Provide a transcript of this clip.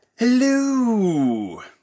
Hello